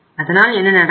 அதனால் என்ன நடக்கும்